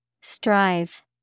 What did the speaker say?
Strive